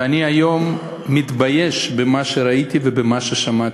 ואני היום מתבייש במה שראיתי ובמה ששמעתי.